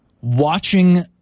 Watching